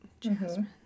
Jasmine